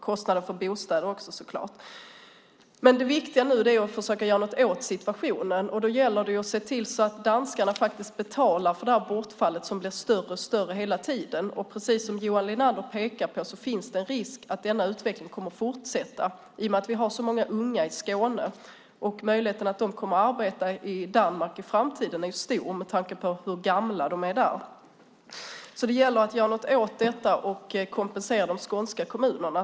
Kostnaden för bostäder har också spelat in, så klart. Det viktiga nu är att försöka göra något åt situationen. Då gäller det att se till att danskarna faktiskt betalar för bortfallet, som blir större och större hela tiden. Precis som Johan Linander pekar på finns det en risk att denna utveckling kommer att fortsätta i och med att vi har så många unga i Skåne. Möjligheten att de kommer att arbeta i Danmark i framtiden är stor med tanke på hur många gamla människor som bor där. Det gäller att göra någonting åt detta och att kompensera de skånska kommunerna.